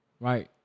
right